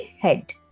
head